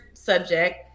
subject